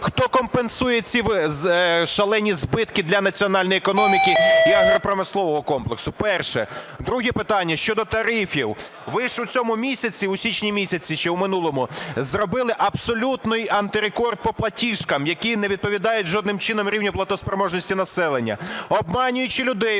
хто компенсує ці шалені збитки для національної економіки і агропромислового комплексу? Перше. Друге питання щодо тарифів. Ви ж у цьому місяці, у січні місяці ще у минулому, зробили абсолютний антирекорд по платіжкам, які не відповідають жодним чином рівню платоспроможності населення. Обманюючи людей,